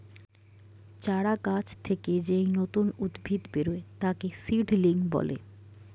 চারা গাছ থেকে যেই নতুন উদ্ভিদ বেরোয় তাকে সিডলিং বলে